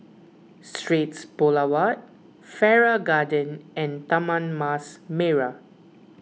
Straits Boulevard Farrer Garden and Taman Mas Merah